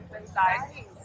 inside